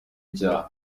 icyaha